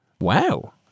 Wow